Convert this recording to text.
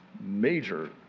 major